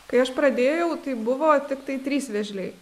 kai aš pradėjau tai buvo tiktai trys vėžliai